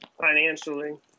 financially